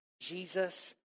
Jesus